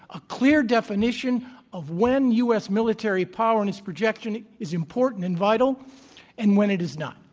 a clear definition of when u. s. military power and its projection is important and vital and when it is not.